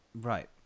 Right